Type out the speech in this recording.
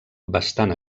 bastant